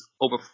over